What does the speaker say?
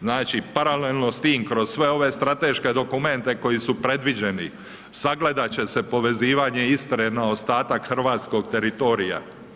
Znači paralelno s tim kroz sve ove strateške dokumente koji su predviđeni, sagledat će se povezivanje Istre na ostatak hrvatskog teritorija.